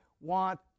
want